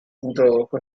introdujo